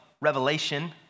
Revelation